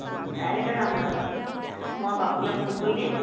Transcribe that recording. অঁ কাইলৈকে যাম ওলাবি মই পাপুলৈ ফোন কৰি দিম